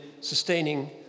sustaining